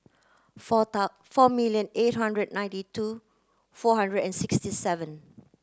four four million eight hundred ninety two four hundred and sixty seven